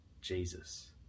Jesus